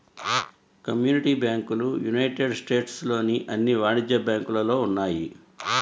community బ్యాంకులు United States లోని అన్ని వాణిజ్య బ్యాంకులలో ఉన్నాయి